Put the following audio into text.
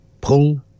pull